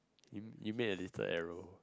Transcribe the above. you you made a little arrow